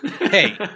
hey